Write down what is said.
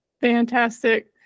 Fantastic